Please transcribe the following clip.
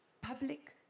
public